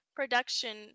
production